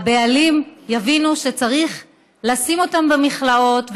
הבעלים יבינו שצריך לשים אותם במכלאות,